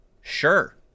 Sure